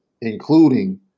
including